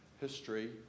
history